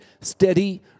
steady